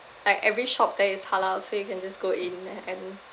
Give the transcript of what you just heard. like every shop there is halal so you can just go in and